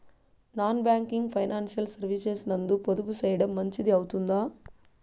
Non banking financial services నందు పొదుపు సేయడం మంచిది అవుతుందా?